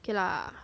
okay lah